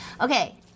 Okay